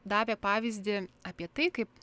davė pavyzdį apie tai kaip